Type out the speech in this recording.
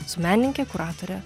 su menininke kuratore